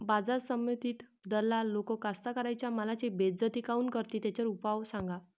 बाजार समितीत दलाल लोक कास्ताकाराच्या मालाची बेइज्जती काऊन करते? त्याच्यावर उपाव सांगा